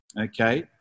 Okay